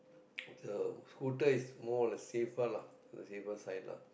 so scooter is more on the safer lah on the safer side lah